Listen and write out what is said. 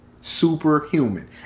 Superhuman